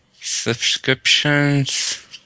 Subscriptions